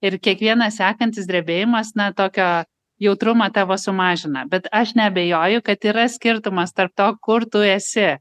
ir kiekvienas sekantis drebėjimas na tokio jautrumą tavo sumažina bet aš neabejoju kad yra skirtumas tarp to kur tu esi